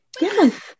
yes